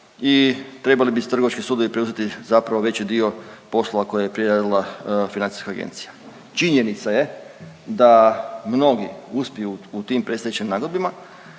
i trebali bi trgovački sudovi preuzeti zapravo veći dio poslova koje je prije radila Financijska agencija. Činjenica je da mnogi uspiju u tim predstečajnim nagodbama,